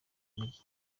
mujyi